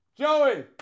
Joey